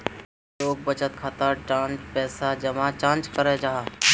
लोग बचत खाता डात पैसा जमा चाँ करो जाहा?